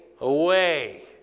away